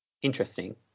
interesting